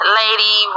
lady